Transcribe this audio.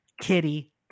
kitty